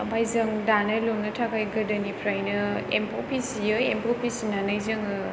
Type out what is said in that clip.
ओमफ्राय जों दानाय लुनो थाखाय गोदोनिफ्रायनो एम्फौ फिसियो एम्फौ फिसिनानै जोङो